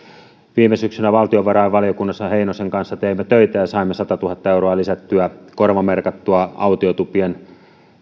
viime syksynä valtiovarainvaliokunnassa heinosen kanssa teimme töitä ja saimme satatuhatta euroa korvamerkattua autiotupien